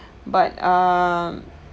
but um